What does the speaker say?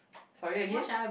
sorry again